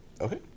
Okay